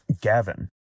Gavin